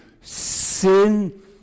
Sin